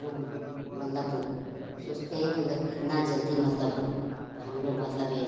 हम लोग मतलब सोचते हैं मतलब कितना जल्दी मतलब हम लोग मतलब ये